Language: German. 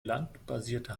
landbasierte